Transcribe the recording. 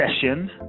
session